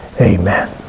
Amen